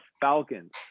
Falcons